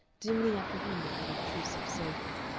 dimly apprehending that obtrusive sofa.